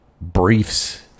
briefs